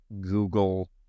Google